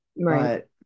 Right